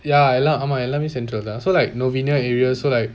ya எல்லா ஆமா எல்லாமே:ella aamaa ellamae central தான்:dhan so like novena area so like